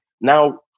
now